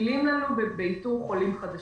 --שמועילים לנו באיתור חולים חדשים.